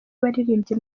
abaririmbyi